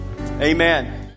Amen